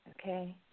Okay